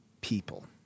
people